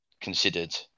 considered